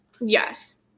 Yes